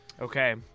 Okay